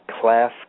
class